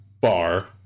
bar